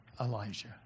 Elijah